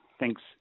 Thanks